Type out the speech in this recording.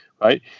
right